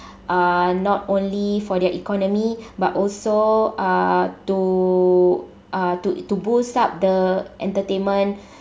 uh not only for their economy but also uh to uh to uh to boost up the entertainment